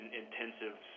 intensive